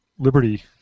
Liberty